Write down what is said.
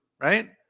right